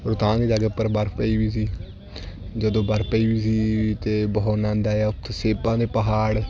ਰੋਹਤਾਂਗ ਜਾ ਕੇ ਉੱਪਰ ਬਰਫ਼ ਪਈ ਵੀ ਸੀ ਜਦੋਂ ਬਰਫ਼ ਪਈ ਵੀ ਸੀ ਤਾਂ ਬਹੁਤ ਆਨੰਦ ਆਇਆ ਉੱਥੇ ਸੇਬਾਂ ਦੇ ਪਹਾੜ